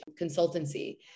consultancy